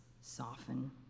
soften